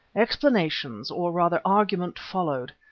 explanations, or rather argument, followed.